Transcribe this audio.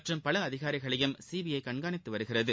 மற்றும் பல அதிகாரிகளையும் சி பி ஐ கண்காணித்து வருகிறது